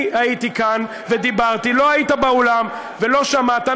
כשאני הייתי כאן ודיברתי לא היית באולם ולא שמעת.